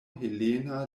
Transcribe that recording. helena